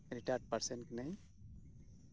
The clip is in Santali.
ᱨᱤᱴᱟᱲ ᱯᱟᱨᱥᱮᱱ ᱠᱟᱹᱱᱟᱹᱧ